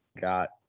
got